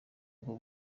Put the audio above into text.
ngo